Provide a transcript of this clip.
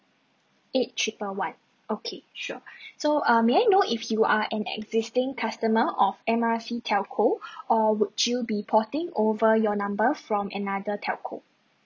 eight triple one okay sure so uh may I know if you are an existing customer of M R C telco or would you be porting over your number from another telco